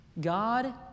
God